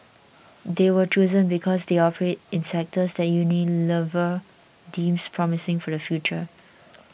they were chosen because they operate in sectors that Unilever deems promising for the future